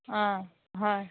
অঁ হয়